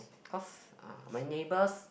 cause uh my neighbours